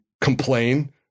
complain